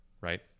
right